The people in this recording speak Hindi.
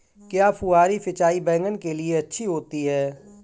क्या फुहारी सिंचाई बैगन के लिए अच्छी होती है?